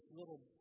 little